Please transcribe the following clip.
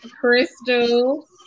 crystal